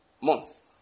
months